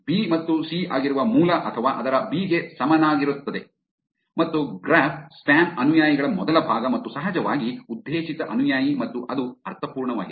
B ಮತ್ತು C ಆಗಿರುವ ಮೂಲ ಅಥವಾ ಅದರ ಬಿ ಗೆ ಸಮನಾಗಿರುತ್ತದೆ ಮತ್ತು ಗ್ರಾಫ್ ಸ್ಪ್ಯಾಮ್ ಅನುಯಾಯಿಗಳ ಮೊದಲ ಭಾಗ ಮತ್ತು ಸಹಜವಾಗಿ ಉದ್ದೇಶಿತ ಅನುಯಾಯಿ ಮತ್ತು ಅದು ಅರ್ಥಪೂರ್ಣವಾಗಿದೆ